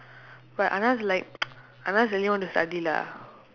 but anand like anand really want to study lah